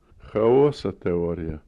chaoso teorija